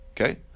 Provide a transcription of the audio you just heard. Okay